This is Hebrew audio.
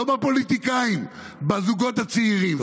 לא בפוליטיקאים, בזוגות הצעירים.